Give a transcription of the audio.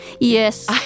Yes